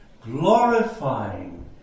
glorifying